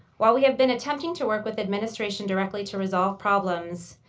while we have been attempting to work with administration directly to resolve problems,